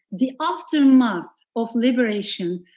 the aftermath of liberation,